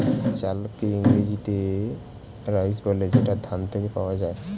চালকে ইংরেজিতে রাইস বলে যেটা ধান থেকে পাওয়া যায়